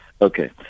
Okay